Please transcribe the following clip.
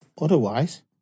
otherwise